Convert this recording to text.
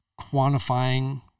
quantifying